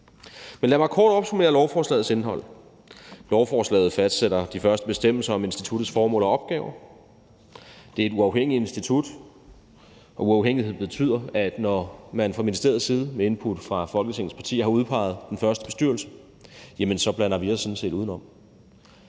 Lad mig kort opsummere lovforslagets indhold. Lovforslaget fastsætter de første bestemmelser om instituttets formål og opgaver. Det er et uafhængigt institut, og uafhængighed betyder, at når man fra ministeriets side med input fra Folketingets partier har udpeget den første bestyrelse, blander vi os sådan set udenom.